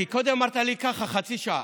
כי קודם אמרתי לי חצי שעה.